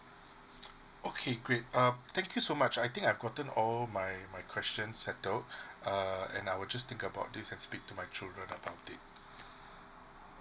okay great uh thank you so much I think I've gotten all my my question settled uh and I would just think about this and speak to my children about it